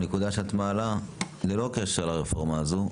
הנקודה שאת מעלה ללא קשר לרפורמה הזו,